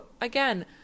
again